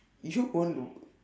yishun-pondok